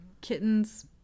kittens